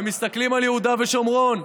ומסתכלים על יהודה ושומרון,